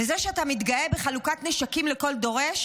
וזה שאתה מתגאה בחלוקת נשקים לכל דורש,